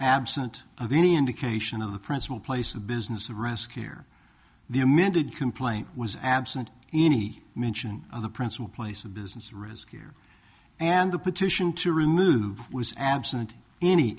absent of any indication of the principal place of business the rescue or the amended complaint was absent any mention of the principal place of business risk here and the petition to remove was absent any